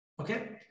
okay